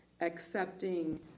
accepting